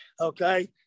okay